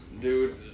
dude